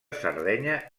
sardenya